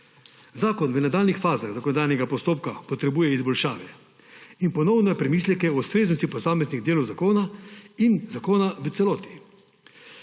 Zakon v nadaljnjih fazah zakonodajnega postopka potrebuje izboljšave in ponovne premisleke o ustreznosti posameznih delov zakona in zakona v celoti.